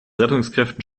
rettungskräften